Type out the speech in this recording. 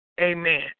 amen